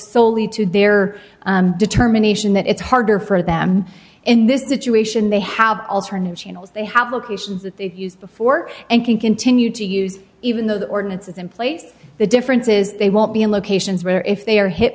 solely to their determination that it's harder for them in this situation they have alternate channels they have a case that they've used before and can continue to use even though the ordinance is in place the difference is they won't be in locations where if they are hit